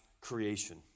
creation